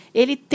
ele